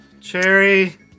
Cherry